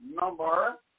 Number